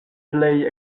plej